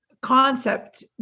concept